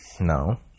No